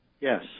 Yes